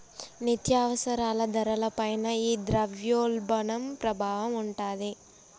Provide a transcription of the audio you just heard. నిత్యావసరాల ధరల పైన ఈ ద్రవ్యోల్బణం ప్రభావం ఉంటాది